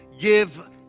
Give